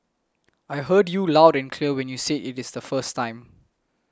I heard you loud clear when you said it is the first time